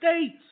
States